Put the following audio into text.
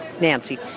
Nancy